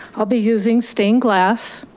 i'll be using stained glass.